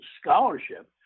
scholarship